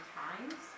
times